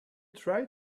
try